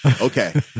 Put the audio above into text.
Okay